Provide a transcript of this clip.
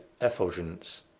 effulgence